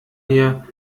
hier